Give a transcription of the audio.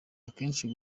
akenshi